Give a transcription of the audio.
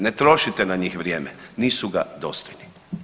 Ne trošite na njih vrijeme, nisu ga dostojni.